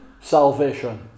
Salvation